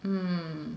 mm